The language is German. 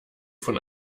von